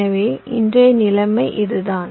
எனவே இன்றைய நிலைமை இதுதான்